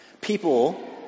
People